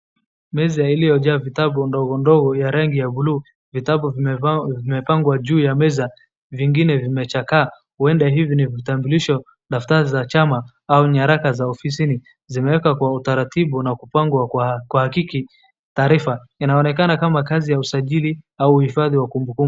Meza iliyojaa vitabu ndogo ndogo ya rangi ya bluu vitabu zimepangwa juu ya meza zingine zimechakaa ,huenda hivi ni vitambulisho, daftari vya chama au nyaraka za ofisini. Zimeekwa kwa utaratibu na kupangwa kwa hakiki taarifa inaoenekana kama kazi ya usajiri au uhifadhi wa kumbukumbu.